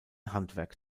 handwerk